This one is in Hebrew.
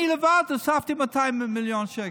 אני לבד הוספתי 200 מיליון שקל.